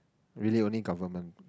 really only government